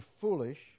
foolish